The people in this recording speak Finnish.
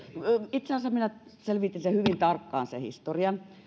itse asiassa minä selvitin hyvin tarkkaan sen historian